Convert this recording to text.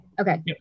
Okay